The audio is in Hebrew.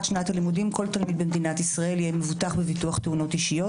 שנת הלימודים כל תלמיד במדינת ישראל יהיה מבוטח בביטוח תאונות אישיות.